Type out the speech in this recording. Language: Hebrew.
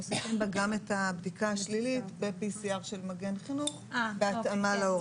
מוסיפים בה גם את הבדיקה השלילית ב-PCR של מגן חינוך בהתאמה להוראה.